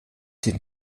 den